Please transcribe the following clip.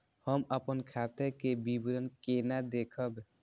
हम अपन खाता के विवरण केना देखब?